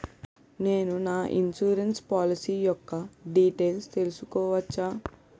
నేను నా insurance policy యెక్క డీటైల్స్ తెల్సుకోవచ్చా?